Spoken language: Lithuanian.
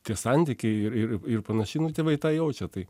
tie santykiai ir ir panašiai nu tėvai tą jaučia tai